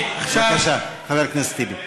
בבקשה, חבר הכנסת טיבי.